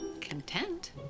content